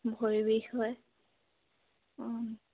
ভৰিৰ বিষ হয় অঁ